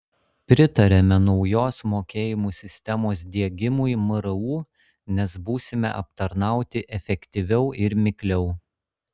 pritariame naujos mokėjimų sistemos diegimui mru nes būsime aptarnauti efektyviau ir mikliau